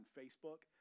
facebook